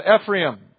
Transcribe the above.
Ephraim